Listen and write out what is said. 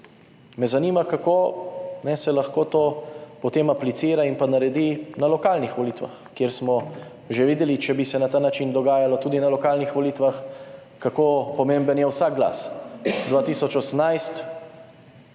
Me zanima, kako se lahko to potem aplicira in pa naredi na lokalnih volitvah, kjer smo že videli, če bi se na ta način dogajalo tudi na lokalnih volitvah, kako pomemben je vsak glas.